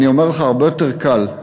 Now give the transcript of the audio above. אני אומר לך, הרבה יותר קל,